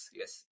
yes